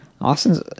Austin's